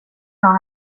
jag